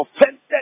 offended